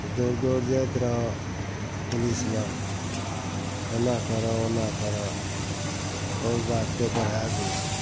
दौड़ि दौड़ि जाइत रहऽ पुलिस लग एना करऽ ओना करऽ आओर बातके बढ़ै दै छै